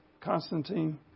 Constantine